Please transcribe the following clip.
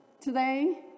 today